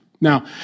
Now